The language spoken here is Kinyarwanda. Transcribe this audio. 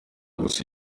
gusa